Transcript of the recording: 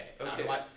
okay